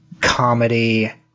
comedy